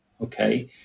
okay